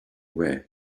way